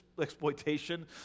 exploitation